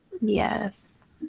Yes